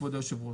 כבוד היושב ראש.